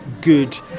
good